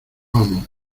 amo